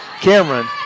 Cameron